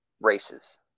Races